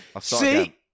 see